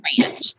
ranch